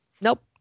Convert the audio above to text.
nope